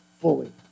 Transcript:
fully